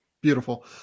Beautiful